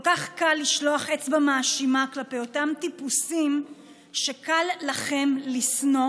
כל כך קל לשלוח אצבע מאשימה כלפי אותם טיפוסים שקל לכם לשנוא,